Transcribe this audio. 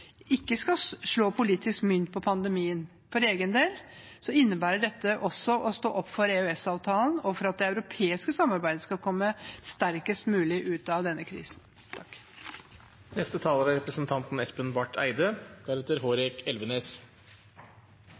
slå politisk mynt på pandemien. For egen del innebærer dette også å stå opp for EØS-avtalen og for at det europeiske samarbeidet skal komme sterkest mulig ut av denne krisen.